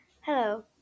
Hello